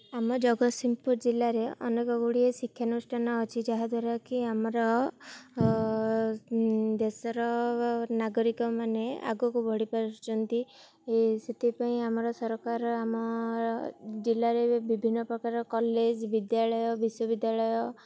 ଆମ ଜଗତସିଂହପୁର ଜିଲ୍ଲାରେ ଅନେକ ଗୁଡ଼ିଏ ଶିକ୍ଷାନୁଷ୍ଠାନ ଅଛି ଯାହା ଦ୍ୱାରାକିି ଆମର ଦେଶର ବା ନାଗରିକମାନେ ଆଗକୁ ବଢ଼ିପାରୁଛନ୍ତି ସେଥିପାଇଁ ଆମର ସରକାର ଆମର ଜିଲ୍ଲାରେ ବିଭିନ୍ନପ୍ରକାର କଲେଜ୍ ବିଦ୍ୟାଳୟ ବିଶ୍ୱବିଦ୍ୟାଳୟ